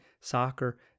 soccer